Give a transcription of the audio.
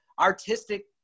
artistic